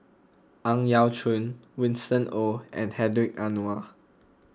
Ang Yau Choon Winston Oh and Hedwig Anuar